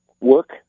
Work